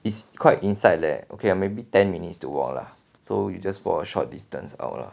it's quite inside leh okay lah maybe ten minutes to walk lah so you just walk a short distance out lah